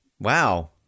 Wow